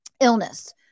illness